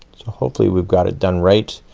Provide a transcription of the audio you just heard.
so hopefully we've got it done, right.